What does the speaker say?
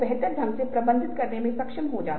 तो यहाँ असाइनमेंट का दूसरा भाग है